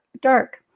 dark